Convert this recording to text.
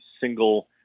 single